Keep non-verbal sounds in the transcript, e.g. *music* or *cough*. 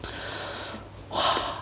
*breath* !wah!